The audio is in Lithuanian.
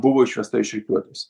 buvo išvesta iš rikiuotės